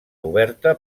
oberta